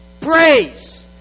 praise